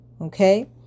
Okay